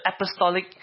apostolic